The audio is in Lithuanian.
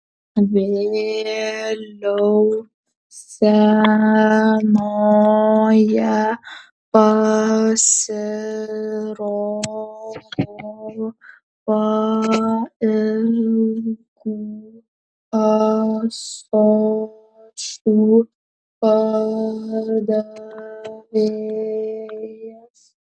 vėliau scenoje pasirodo pailgų ąsočių pardavėjas